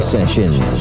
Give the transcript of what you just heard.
Sessions